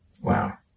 Wow